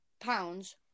pounds